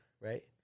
Right